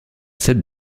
cette